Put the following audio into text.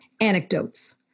anecdotes